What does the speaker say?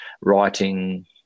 writing